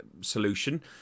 solution